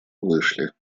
вышли